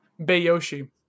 Bayoshi